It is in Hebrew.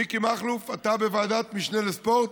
מיקי מכלוף, אתה בוועדת המשנה לספורט.